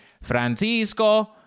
Francisco